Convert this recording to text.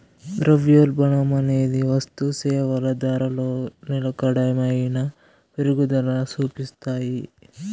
ద్రవ్యోల్బణమనేది వస్తుసేవల ధరలో నిలకడైన పెరుగుదల సూపిస్తాది